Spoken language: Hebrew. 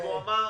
הוא אמר: